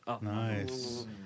nice